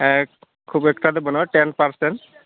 ᱮᱠ ᱠᱷᱩᱵ ᱮᱠᱴᱟ ᱫᱚ ᱵᱟ ᱱᱩᱜᱼᱟ ᱴᱮᱱ ᱯᱟᱨᱥᱮᱱ